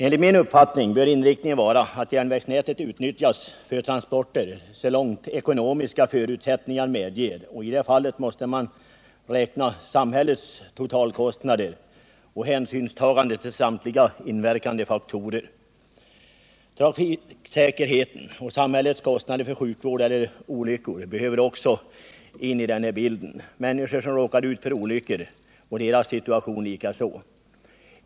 Enligt min uppfattning bör inriktningen vara att järnvägsnätet utnyttjas för transporter så långt ekonomiska förutsättningar medger, och i det fallet måste man räkna samhällets totalkostnader och ta hänsyn till samtliga inverkande faktorer. Trafiksäkerheten och samhällets kostnader för sjukvård eller olyckor behöver också komma in i den bilden. Människor som råkar ut för olyckor och deras situation likaså.